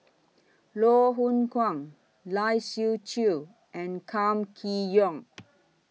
Loh Hoong Kwan Lai Siu Chiu and Kam Kee Yong